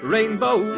Rainbow